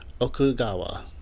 Okugawa